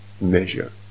measure